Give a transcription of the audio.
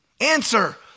Answer